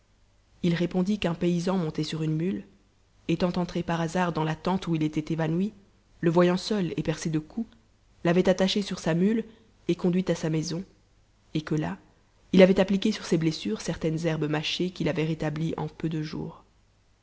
il répondit qu'un paysan monté sur une mute étant entré par hasard dans la tente où il était évanoui le voyant seul et percé de coups l'avait attaché sur sa mule et conduit à sa maison et que là il avait appliqué sur ses blessures certaines herbes mâchées qui l'avaient rétabli en peu de jours